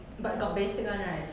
but got basic one right